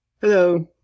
Hello